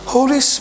Holy